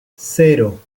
cero